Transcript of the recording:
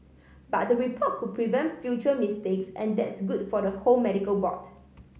but the report could prevent future mistakes and that's good for the whole medical board